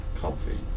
Comfy